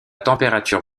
température